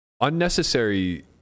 unnecessary